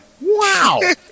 Wow